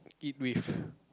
eat with